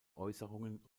äußerungen